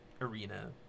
arena